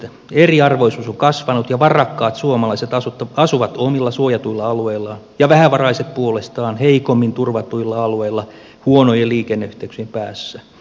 eriarvoisuus on kasvanut ja varakkaat suomalaiset asuvat omilla suojatuilla alueillaan ja vähävaraiset puolestaan heikommin turvatuilla alueilla huonojen liikenneyhteyksien päässä